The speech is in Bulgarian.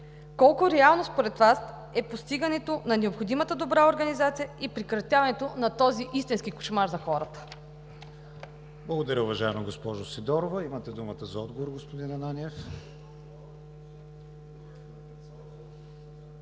Колко реално според Вас е постигането на необходимата добра организация и прекратяването на този истински кошмар за хората? ПРЕДСЕДАТЕЛ КРИСТИАН ВИГЕНИН: Благодаря, уважаема госпожо Сидорова. Имате думата за отговор, господин Ананиев.